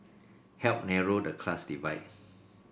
help narrow the class divide